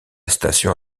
station